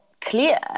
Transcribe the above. clear